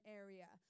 area